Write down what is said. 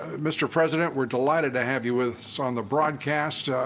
ah mr. president, we're delighted to have you with us on the broadcast.